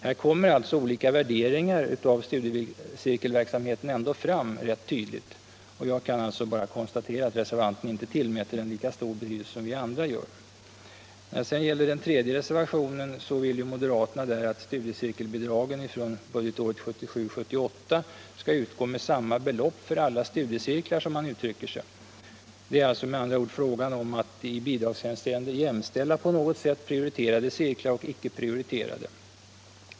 Här kommer olika värderingar av studiecirkelverksamheten fram rätt tydligt, och jag kan alltså bara konstatera att reservanten inte tillmäter den lika stor betydelse som vi andra gör. Det är med andra ord fråga om att i bidragshänseende jämställa prioriterade och icke prioriterade cirklar.